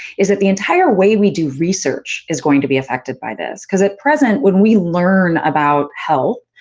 is that the entire way we do research is going to be affected by this. because, at present, when we learn about health,